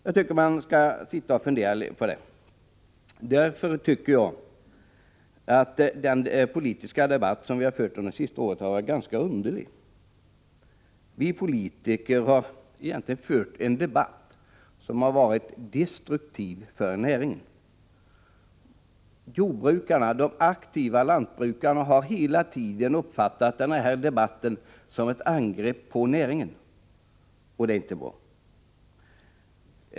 Jag tycker att man bör fundera över det. Därför anser jag också att den politiska debatt som vi fört under det senaste året varit ganska underlig. Vi politiker har fört en debatt som egentligen varit destruktiv för näringen. De aktiva lantbrukarna har hela tiden uppfattat denna debatt som ett angrepp på näringen, och det är inte bra.